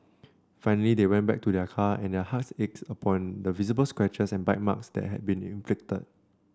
finally they went back to their car and their hearts ached upon seeing the visible scratches and bite marks that had been inflicted